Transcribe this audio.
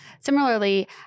Similarly